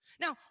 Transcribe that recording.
Now